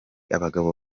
abagabo